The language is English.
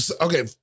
okay